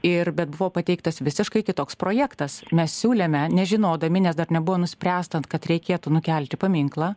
ir bet buvo pateiktas visiškai kitoks projektas mes siūlėme nežinodami nes dar nebuvo nuspręsta kad reikėtų nukelti paminklą